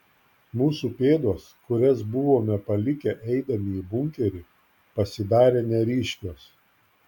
mūsų pėdos kurias buvome palikę eidami į bunkerį pasidarė neryškios